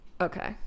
Okay